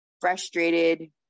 Frustrated